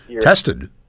tested